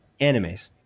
animes